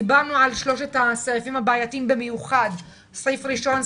דיברנו על שלושת הסעיפים הבעייתיים במיוחד: סעיף ראשון,